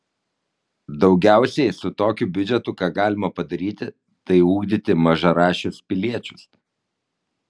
daugiausiai su tokiu biudžetu ką galima padaryti tai ugdyti mažaraščius piliečius